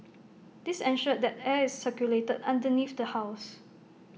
this ensured that air is circulated underneath the house